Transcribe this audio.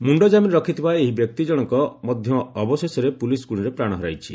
ମୁଣ୍ଡ କାମିନ ରଖିଥିବା ଏହି ବ୍ୟକ୍ତି ଜଣକ ମଧ୍ୟ ଅବଶେଷରେ ପୁଲିସ୍ ଗୁଳିରେ ପ୍ରାଣ ହରାଇଛି